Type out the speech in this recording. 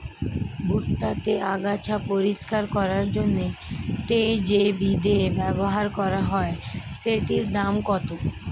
ভুট্টা তে আগাছা পরিষ্কার করার জন্য তে যে বিদে ব্যবহার করা হয় সেটির দাম কত?